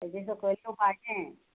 तेजे सोकोल येवपाचें